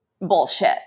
bullshit